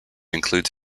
includes